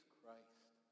Christ